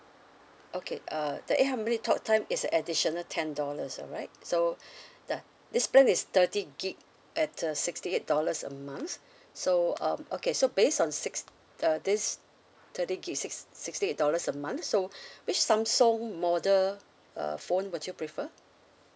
okay uh the eight hundred minute talk time is additional ten dollars alright so yeah this plan is thirty gig at uh sixty eight dollars a month so um okay so based on six uh this thirty gig six sixty eight dollars a month so which samsung model uh phone would you prefer